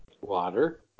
Water